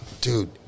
dude